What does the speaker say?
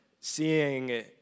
seeing